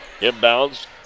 Inbounds